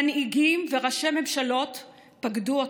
מנהיגים וראשי ממשלות פקדו אותו,